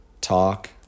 talk